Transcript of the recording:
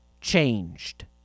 changed